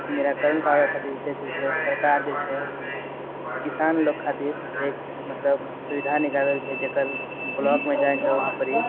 निराकरण पाबै खातिर जे छै से सरकार जे छै किसान लोक खातिर एक मतलब सुविधा निकालल छै जकर ब्लॉकमे जाइके उहाँपर ही